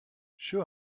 sure